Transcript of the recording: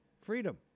Freedom